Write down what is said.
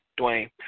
Dwayne